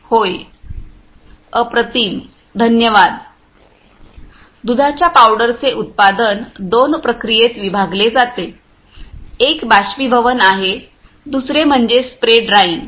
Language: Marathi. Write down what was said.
होय अप्रतिम धन्यवाद दुधाच्या पावडरचे उत्पादन दोन प्रक्रियेत विभागले जाते एक बाष्पीभवन आहे दुसरे म्हणजे स्प्रे ड्राइंग